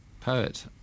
poet